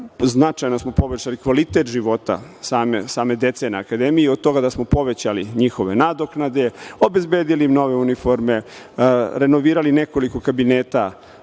Značajno smo poboljšali kvalitet života same dece na Akademiji, od toga da smo povećali njihove nadoknade, obezbedili im nove uniforme, renovirali nekoliko kabineta